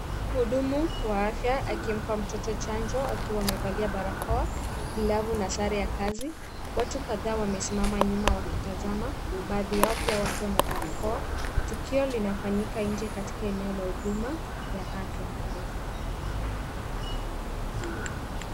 Mhudumu wa afya akimpa mtoto chanjo akiwa amevalia barakoa, glavu na sare ya Kazi. Watu kadhaa wamesimama nyuma wakitazama baadhi yao pia wakiwa na barakoa tukio linafanyika nje katika eneo la huduma ya afya.